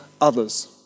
others